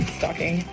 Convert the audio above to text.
stocking